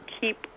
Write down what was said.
keep